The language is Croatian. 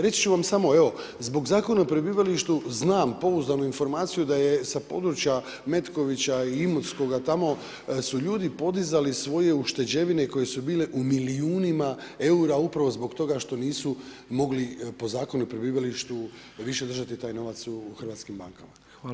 Reći ću vam samo, evo, zbog Zakona o prebivalištu znamo pouzdanu informaciju da je sa područja Metkovića i Imotskoga tamo ljudi su podizali svoje ušteđevine koje su bile u milijunima eura upravo zbog toga što nisu mogli po Zakonu o prebivalištu više držati taj novac u hrvatskim bankama.